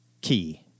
key